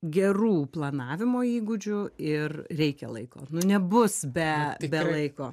gerų planavimo įgūdžių ir reikia laiko nu nebus be be laiko